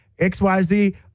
XYZ